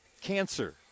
cancer